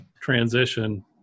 transition